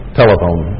telephone